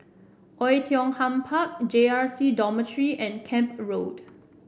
Oei Tiong Ham Park J R C Dormitory and Camp Road